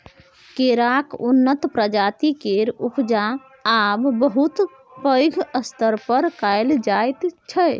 केराक उन्नत प्रजाति केर उपजा आब बहुत पैघ स्तर पर कएल जाइ छै